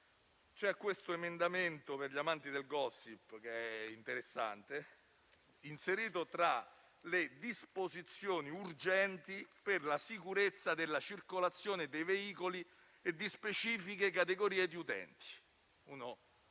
l'interessante emendamento per gli amanti del *gossip* inserito tra le disposizioni urgenti per la sicurezza della circolazione dei veicoli e di specifiche categorie di utenti.